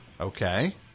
Okay